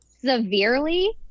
severely